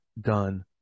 done